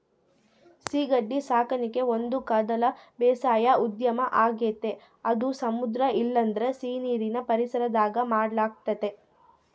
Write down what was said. ಸೀಗಡಿ ಸಾಕಣಿಕೆ ಒಂದುಕಡಲ ಬೇಸಾಯ ಉದ್ಯಮ ಆಗೆತೆ ಅದು ಸಮುದ್ರ ಇಲ್ಲಂದ್ರ ಸೀನೀರಿನ್ ಪರಿಸರದಾಗ ಮಾಡಲಾಗ್ತತೆ